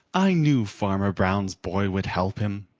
i knew farmer brown's boy would help him,